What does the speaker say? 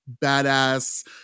badass